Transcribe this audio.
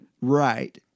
right